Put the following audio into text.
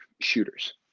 shooters